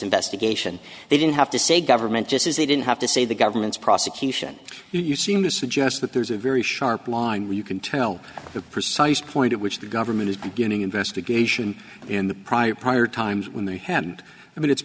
investigation they didn't have to say government just as they didn't have to say the government's prosecution you seem to suggest that there's a very sharp line where you can tell the precise point at which the government is beginning investigation in the prior prior times when they happened i mean it's